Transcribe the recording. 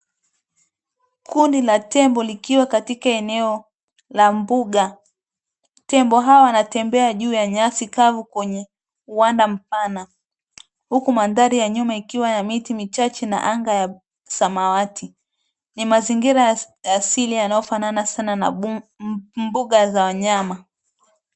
Kundi la tembo likiwa katika eneo la mbuga. Tembo hawa wanatembea juu ya nyasi kavu kwenye uwanda mpana, huku mandhari ya nyuma ikiwa ya miti michache na anga ya samawati. Ni mazingira ya asili yanayofanana sana na mbuga za wanyama.